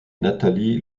nathalie